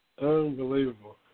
unbelievable